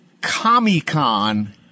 Comic-Con